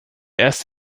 erst